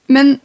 Men